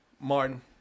Martin